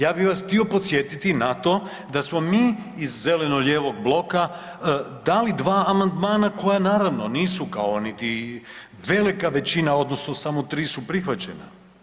Ja bi vas htio podsjetiti na to da smo mi iz zeleno-lijevog bloka dali 2 amandmana koja naravno nisu, kao niti velika većina odnosno samo 3 su prihvaćena.